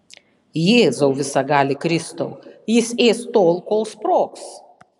jėzau visagali kristau jis ės tol kol sprogs